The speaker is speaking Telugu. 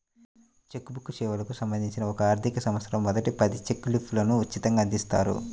చెక్ బుక్ సేవలకు సంబంధించి ఒక ఆర్థికసంవత్సరంలో మొదటి పది చెక్ లీఫ్లు ఉచితంగ అందిస్తారు